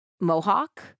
Mohawk